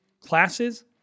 classes